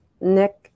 Nick